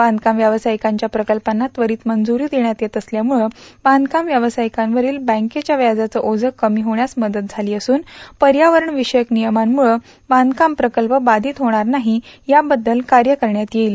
बांधकाम व्यावसायिकांच्या प्रकल्पांना लरित मंजुरी देण्यात येत असल्यामुळं बांधकाम व्यावसायिकांवरील बँकेच्या व्याजार्ष ओझे कमी होण्यास मदत झाली असून पर्यावरणविषयक नियमांमुळं बांधकाम प्रकल्प बाधित होणार नाही याबद्दल कार्य करण्यात येईल